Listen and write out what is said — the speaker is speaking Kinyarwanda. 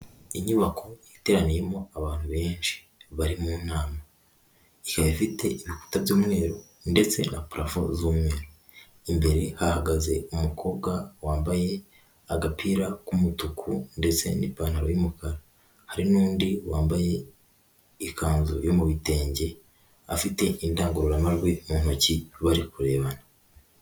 Inyubako iteraniyemo abantu benshi bari mu nama, ikaba ifite ibikuta by'umweru ndetse na parafo z'umweru imbere ahagaze umukobwa wambaye agapira k'umutuku ndetse n'ipantaro y'umukara hari n'undi wambaye ikanzu yo mu bitenge afite indangururajwi mu ntoki bari kurebana.